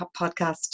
Podcast